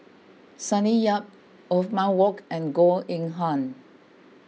Sonny Yap Othman Wok and Goh Eng Han